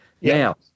Now